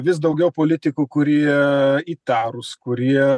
vis daugiau politikų kurie įtarūs kurie